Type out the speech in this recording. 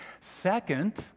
Second